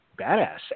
badass